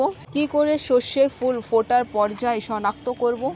কি করে শস্যের ফুল ফোটার পর্যায় শনাক্ত করব?